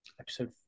episode